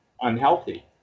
unhealthy